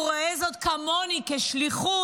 הוא רואה זאת כמוני כשליחות,